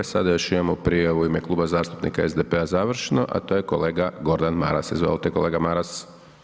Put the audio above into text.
Sada još imamo prije u ime Kluba zastupnika SDP-a završno, a to je kolega Gordan Maras, izvolite kolega Maras.